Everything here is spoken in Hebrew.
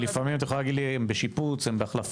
כי לפעמים את יכולה להגיד הם בשיפוץ הם בהחלפה.